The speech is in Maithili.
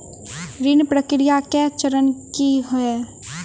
ऋण प्रक्रिया केँ चरण की है?